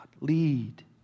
Lead